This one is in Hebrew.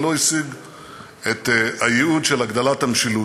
ולא השיג את הייעוד של הגדלת המשילות.